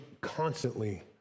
constantly